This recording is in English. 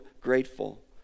grateful